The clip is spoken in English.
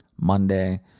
Monday